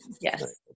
yes